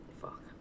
Fuck